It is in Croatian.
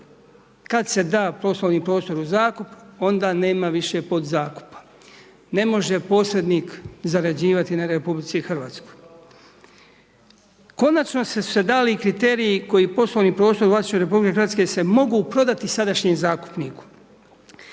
Kad se da poslovni prostor u zakup onda nema više podzakupa. Ne može posrednik zarađivati na RH. Konačno su se dali kriteriji koji poslovni prostor u vlasništvu RH se mogu prodati sadašnjem zakupniku.